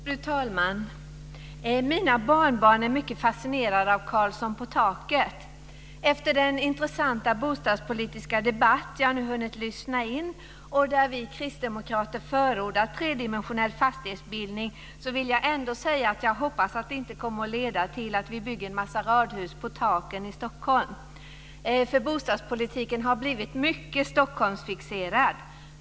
Fru talman! Mina barnbarn är mycket fascinerade av Karlsson på taket. Jag har nu hunnit lyssna in en intressant bostadspolitisk debatt, där vi kristdemokrater förordar tredimensionell fastighetsbildning. Jag hoppas dock att det inte kommer att leda till att vi bygger radhus på taken i Stockholm. Bostadspolitiken har blivit mycket Stockholmsfixerad.